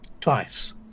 Twice